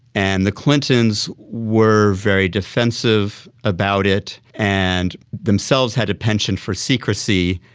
and the clintons were very defensive about it and themselves had a penchant for secrecy,